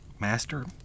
master